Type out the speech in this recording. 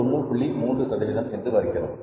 3 சதவீதம் என்று வருகிறது